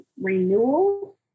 renewal